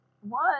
One